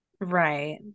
Right